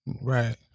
Right